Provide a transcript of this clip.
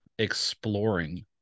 exploring